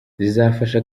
zizafasha